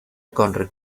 con